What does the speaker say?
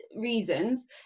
reasons